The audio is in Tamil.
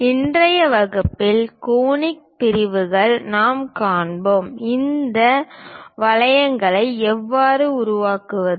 இன்றைய வகுப்பில் கோனிக் பிரிவுகளை நாங்கள் காண்போம் இந்த வளைவுகளை எவ்வாறு உருவாக்குவது